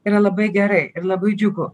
yra labai gerai ir labai džiugu